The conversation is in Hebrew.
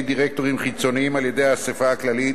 דירקטורים חיצוניים על-ידי האספה הכללית,